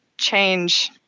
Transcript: change